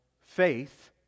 faith